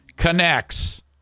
connects